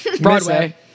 Broadway